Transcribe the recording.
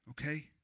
okay